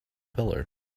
pillar